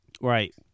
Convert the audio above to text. Right